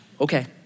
Okay